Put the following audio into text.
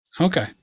Okay